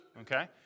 okay